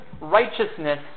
righteousness